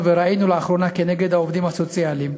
וראינו לאחרונה נגד העובדים הסוציאליים,